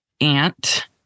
aunt